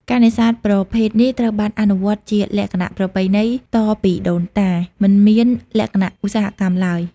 ការនេសាទប្រភេទនេះត្រូវបានអនុវត្តជាលក្ខណៈ ប្រពៃណីតពីដូនតា មិនមានលក្ខណៈឧស្សាហកម្មឡើយ។